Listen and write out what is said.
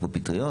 כמו פטריות